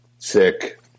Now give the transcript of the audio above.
sick